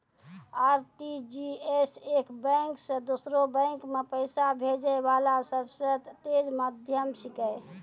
RTGS एक bank से दोसरो बैंक मे पैसा भेजै वाला सबसे तेज माध्यम छिकै